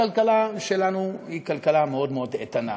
הכלכלה שלנו היא כלכלה מאוד מאוד איתנה,